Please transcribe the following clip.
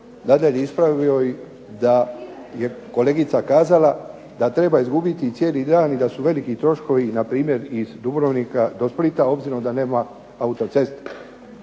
Nadalje, ispravio bih da je kolegica kazala da treba izgubiti cijeli dan i da su veliki troškovi npr. iz Dubrovnika do Splita obzirom da nema autoceste.